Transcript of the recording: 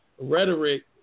rhetoric